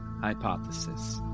Hypothesis